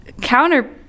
counter